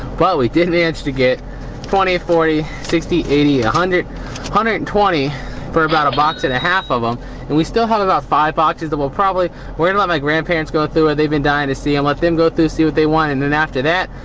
but we did manage to get twenty forty sixty eighty one ah hundred hundred and twenty for about a box and a half of them and we still have about five boxes that we'll probably we're gonna let my grandparents go through it. they've been dying to see and let them go through see what they want and then after that,